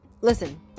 listen